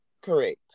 Correct